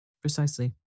Precisely